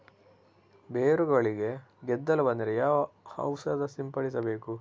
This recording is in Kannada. ಬೇರುಗಳಿಗೆ ಗೆದ್ದಲು ಬಂದರೆ ಯಾವ ಔಷಧ ಸಿಂಪಡಿಸಬೇಕು?